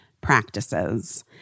practices